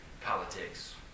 politics